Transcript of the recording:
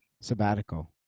sabbatical